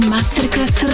Masterclass